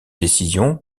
décisions